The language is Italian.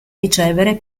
ricevere